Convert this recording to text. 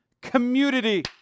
community